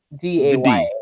D-A-Y